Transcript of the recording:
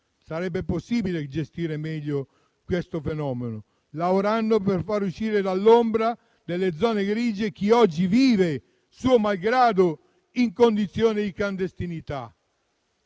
Sarebbe possibile gestire meglio questo fenomeno, lavorando per far uscire dall'ombra, dalle zone grigie, chi oggi vive, suo malgrado, in condizioni di clandestinità.